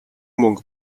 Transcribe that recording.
мөнгө